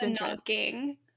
knocking